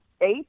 Eight